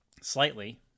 Slightly